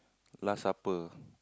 last supper